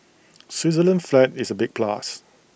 Switzerland's flag is A big plus